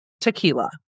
tequila